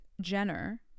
Jenner